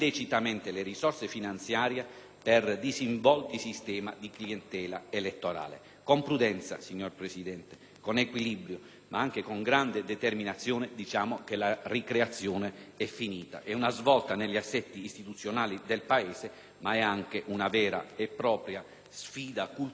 per disinvolti sistemi di clientela elettorale. Con prudenza ed equilibrio, signora Presidente, ma anche con grande determinazione, diciamo che la ricreazione è finita: è una svolta negli assetti istituzionali del Paese, ma è anche una vera e propria sfida culturale per l'intero Paese.